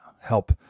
help